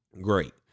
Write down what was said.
great